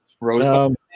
Rosebud